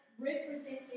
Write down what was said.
representing